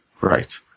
Right